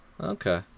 Okay